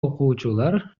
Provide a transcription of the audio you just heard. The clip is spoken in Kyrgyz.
окуучулар